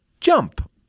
jump